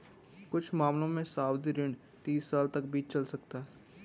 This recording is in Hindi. कुछ मामलों में सावधि ऋण तीस साल तक भी चल सकता है